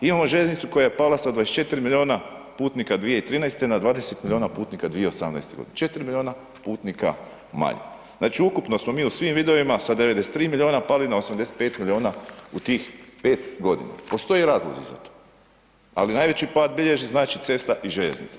Imamo željeznicu koja je pala sa 24 milijuna putnika 2013. na 20 milijuna putnika 2018.g., 4 milijuna putnika manje, znači ukupno smo mi u svim vidovima sa 93 milijuna pali na 85 milijuna u tih 5.g., postoje razlozi za to, ali najveći pad bilježi znači cesta i željeznica.